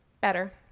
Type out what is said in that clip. better